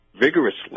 vigorously